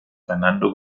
fernando